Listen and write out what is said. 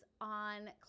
on